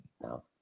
No